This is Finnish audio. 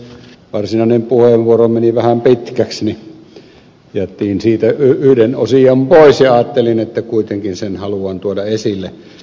kun varsinainen puheenvuoro meni vähän pitkäksi niin jätin siitä yhden osion pois ja ajattelin että kuitenkin sen haluan tuoda esille